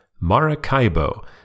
Maracaibo